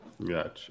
Gotcha